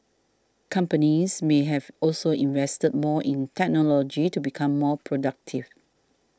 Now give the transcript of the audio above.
companies may have also invested more in technology to become more productive